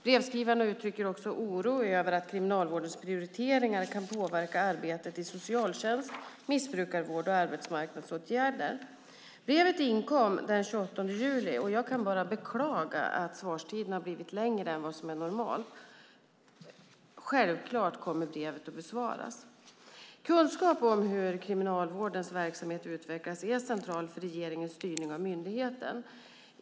Brevskrivarna uttrycker också oro över att Kriminalvårdens prioriteringar kan påverka arbetsmarknadsåtgärder och arbetet i socialtjänst och missbrukarvård. Brevet inkom den 28 juli och jag kan bara beklaga att svarstiden blivit längre än vad som är normalt. Självklart kommer brevet att besvaras. Kunskap om hur Kriminalvårdens verksamhet utvecklas är central för regeringens styrning av myndigheten.